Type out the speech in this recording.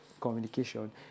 communication